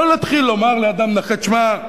לא להתחיל להגיד לאדם נכה: שמע,